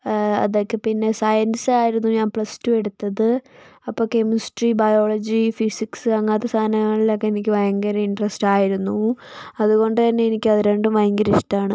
അതൊക്കെ പിന്നെ സയൻസ് ആയിരുന്നു ഞാൻ പ്ലസ് ടു എടുത്തത് അപ്പോൾ കെമിസ്ട്രി ബയോളജി ഫിസിക്സ് അങ്ങനത്തെ സാധനങ്ങളിലൊക്കെ എനിക്ക് ഭയങ്കര ഇൻട്രസ്റ്റ് ആയിരുന്നു അതുകൊണ്ടുതന്നെ എനിക്ക് അത് രണ്ടും ഭയങ്കര ഇഷ്ടമാണ്